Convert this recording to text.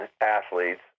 athletes